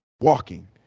walking